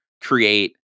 create